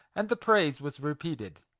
and the praise was repeated.